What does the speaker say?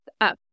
up